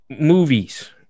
movies